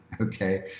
okay